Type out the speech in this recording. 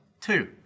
Two